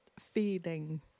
feeling